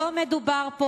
לא מדובר פה,